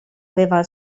aveva